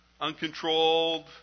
uncontrolled